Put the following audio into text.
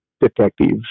detectives